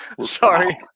sorry